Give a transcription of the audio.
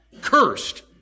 Cursed